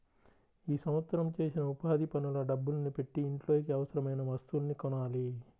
ఈ సంవత్సరం చేసిన ఉపాధి పనుల డబ్బుల్ని పెట్టి ఇంట్లోకి అవసరమయిన వస్తువుల్ని కొనాలి